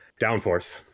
Downforce